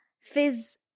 fizz